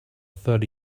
thirty